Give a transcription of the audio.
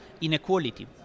inequality